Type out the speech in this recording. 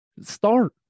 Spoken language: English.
Start